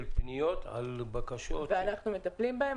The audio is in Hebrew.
פניות על בקשות --- ואנחנו מטפלים בהן.